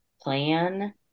plan